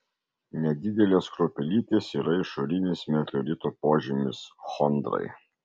nedidelės kruopelytės yra išorinis meteorito požymis chondrai